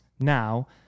Now